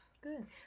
Good